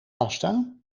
pasta